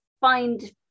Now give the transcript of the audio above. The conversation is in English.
find